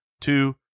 Two